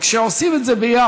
אבל כשעושים את זה ביחד,